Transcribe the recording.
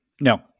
No